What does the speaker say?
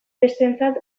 besteentzat